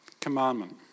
commandment